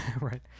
Right